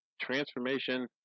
Transformation